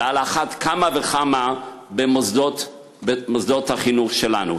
ועל אחת כמה וכמה במוסדות החינוך שלנו.